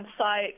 website